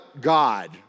God